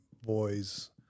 boys